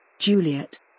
Juliet